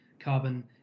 carbon